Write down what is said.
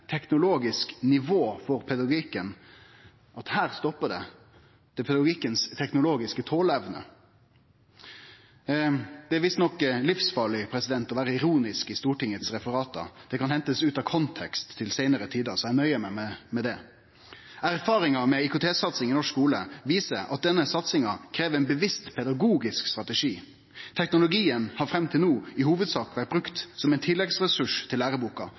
teknologisk nivå for pedagogikken – at her stoppar det, dette er pedagogikkens teknologiske tåleevne? Det er visstnok livsfarleg å vere ironisk i stortingsreferata. Det kan hentast ut av kontekst til seinare tider, så eg nøyer meg med dette. Erfaringa med IKT-satsinga i norsk skule viser at denne satsinga krev ein bevisst pedagogisk strategi. Teknologien har fram til no i hovudsak vore brukt som ein tilleggsressurs til læreboka.